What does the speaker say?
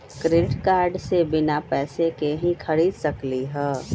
Credit card से बिना पैसे के ही खरीद सकली ह?